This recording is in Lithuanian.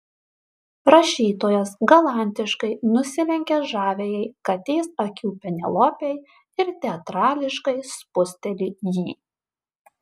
rašytojas galantiškai nusilenkia žaviajai katės akių penelopei ir teatrališkai spusteli jį